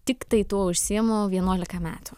tiktai tuo užsiimu vienuolika metų